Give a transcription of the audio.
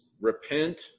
repent